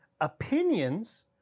opinions